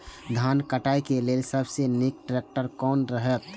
धान काटय के लेल सबसे नीक ट्रैक्टर कोन रहैत?